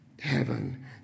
heaven